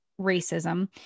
racism